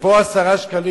ופה 10 שקלים.